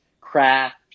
craft